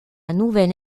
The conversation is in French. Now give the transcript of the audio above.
nouvelle